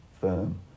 firm